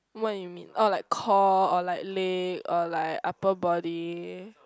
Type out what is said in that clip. what you mean or like core or like leg or like upper body